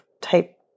type